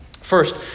First